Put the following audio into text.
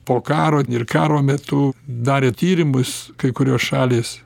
po karo ir karo metu darė tyrimus kai kurios šalys